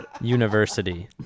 University